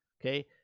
Okay